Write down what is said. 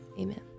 Amen